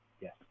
yes